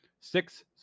Six